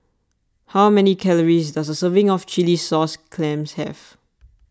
how many calories does a serving of Chilli Sauce Clams have